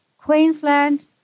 Queensland